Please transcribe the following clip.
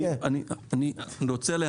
אני רוצה להבין.